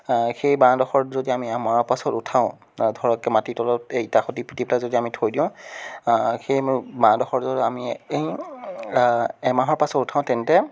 সেই বাঁহ ডোখৰত যদি আমি মৰাৰ পাছত উঠাও ধৰক মাটিৰ তলত ইটা সৈতে পুতি পেলাই যদি আমি থৈ দিওঁ সেই বাঁহ ডোখৰ আমি সেই এমাহৰ পাছত উঠাও তেন্তে